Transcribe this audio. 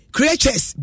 Creatures